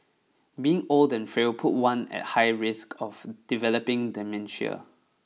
being old and frail put one at high risk of developing dementia